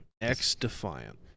X-Defiant